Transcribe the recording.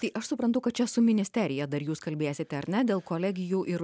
tai aš suprantu kad čia su ministerija dar jūs kalbėsite ar ne dėl kolegijų ir